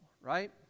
right